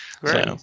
Great